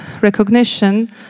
recognition